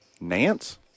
Nance